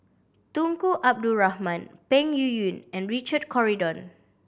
Tunku Abdul Rahman Peng Yuyun and Richard Corridon